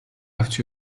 авч